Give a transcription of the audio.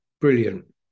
brilliant